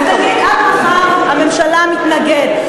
אז תגיד עד מחר "הממשלה מתנגד".